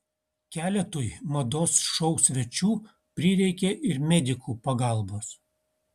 keletui mados šou svečių prireikė ir medikų pagalbos